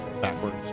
backwards